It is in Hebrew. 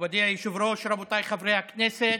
מכובדי היושב-ראש, רבותיי חברי הכנסת,